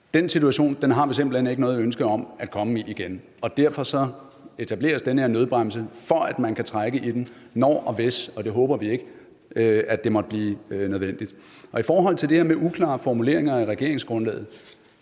Den situation har vi simpelt hen ikke noget ønske om at komme i igen. Derfor etableres den her nødbremse, for at man kan trække i den, når og hvis det måtte blive nødvendigt – og det håber vi ikke. Med hensyn til det her om uklare formuleringer i regeringsgrundlaget: